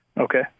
Okay